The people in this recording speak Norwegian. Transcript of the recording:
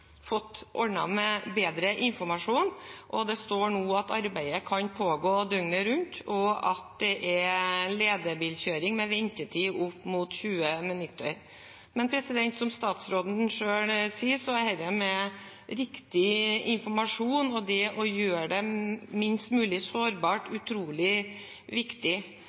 fått ordnet med bedre informasjon. Det står nå at arbeidet kan pågå døgnet rundt, og at det er ledebilkjøring, med ventetid opp mot 20 minutter. Som statsråden selv sier, er dette med riktig informasjon og det å gjøre det minst mulig sårbart, utrolig viktig.